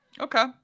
Okay